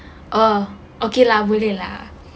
oh okay lah boleh lah